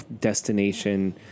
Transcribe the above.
destination